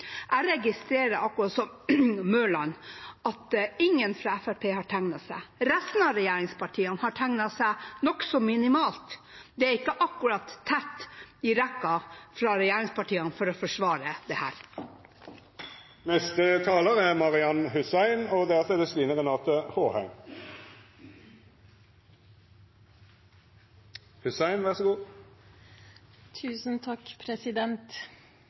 Jeg registrerer, akkurat som representanten Mørland, at ingen fra Fremskrittspartiet har tegnet seg på talerlisten. Resten av regjeringspartiene har tegnet seg nokså minimalt – det er ikke akkurat tett i rekken fra regjeringspartiene for å forsvare